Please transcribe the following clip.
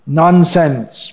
nonsense